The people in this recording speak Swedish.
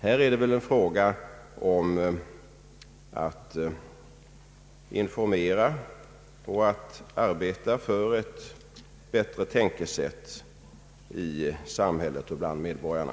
Här är det fråga om att informera och att arbeta för ett bättre tänkesätt i samhället och bland medborgarna.